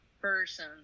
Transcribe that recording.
person